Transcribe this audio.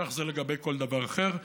כך זה לגבי כל דבר אחר.